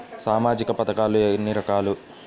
సామాజిక పథకాలు ఎన్ని రకాలు?